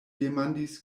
demandis